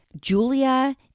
Julia